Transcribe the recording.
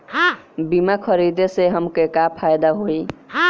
बीमा खरीदे से हमके का फायदा होई?